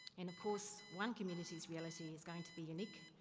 and of course, one community's reality is going to be unique,